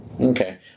Okay